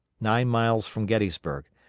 nine miles from gettysburg,